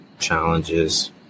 challenges